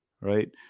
right